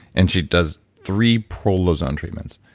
and she does three prolozone treatments.